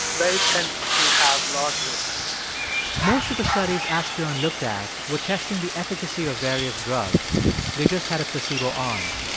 they tend to have larger effects most of the studies asbjorn looked at were testing the efficacy of various drugs they just had a placebo arm.